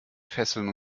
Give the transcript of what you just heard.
fesseln